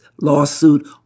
lawsuit